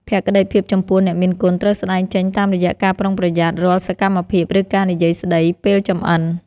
ភក្តីភាពចំពោះអ្នកមានគុណត្រូវស្តែងចេញតាមរយៈការប្រុងប្រយ័ត្នរាល់សកម្មភាព ឬការនិយាយស្តីពេលចម្អិន។